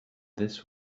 this